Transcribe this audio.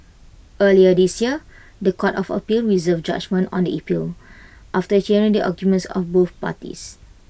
earlier this year The Court of appeal reserved judgement on the appeal after hearing the arguments of both parties